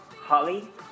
Holly